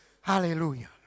Hallelujah